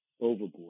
overboard